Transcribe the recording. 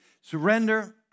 surrender